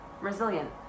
Resilient